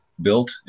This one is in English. built